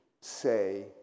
say